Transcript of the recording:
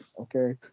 okay